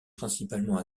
principalement